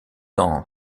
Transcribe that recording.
dans